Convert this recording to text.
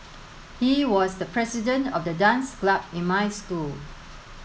he was the president of the dance club in my school